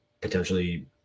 potentially